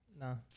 No